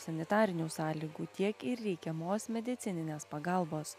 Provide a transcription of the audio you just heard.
sanitarinių sąlygų tiek ir reikiamos medicininės pagalbos